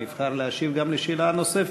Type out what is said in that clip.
אם יבחר להשיב גם על השאלה הנוספת,